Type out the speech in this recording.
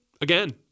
again